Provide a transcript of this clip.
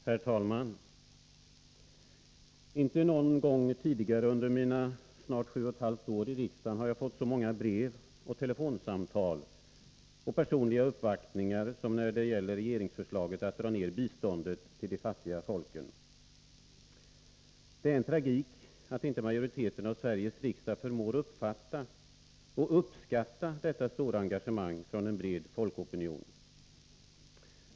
Herr talman! Inte någon gång tidigare under mina — snart sju och ett halvt — år i riksdagen har jag fått så många brev, telefonsamtal och personliga uppvaktningar som när det gäller regeringsförslaget att dra ner biståndet till de fattiga folken. Det är en tragik att inte majoriteten av Sveriges riksdag förmår uppfatta och uppskatta detta stora engagemang från en bred folkopinion.